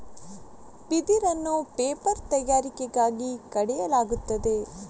ಬಿದಿರನ್ನು ಪೇಪರ್ ತಯಾರಿಕೆಗಾಗಿ ಕಡಿಯಲಾಗುತ್ತದೆ